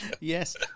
yes